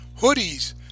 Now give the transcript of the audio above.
hoodies